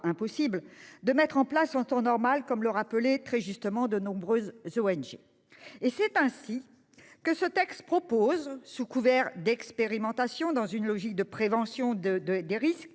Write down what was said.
de mettre en place en temps normal », comme le rappellent très justement de nombreuses ONG. C'est ainsi que ce texte vise, sous couvert d'expérimentation, dans une logique de prévention des risques,